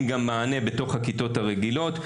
תלמידים שמעוניינים ללמוד בחינוך הרגיל בכיתה